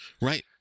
Right